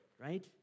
right